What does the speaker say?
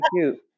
cute